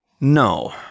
No